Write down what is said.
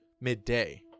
midday